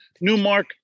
Newmark